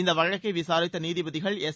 இந்த வழக்கை விசாரித்த நீதிபதிகள் எஸ்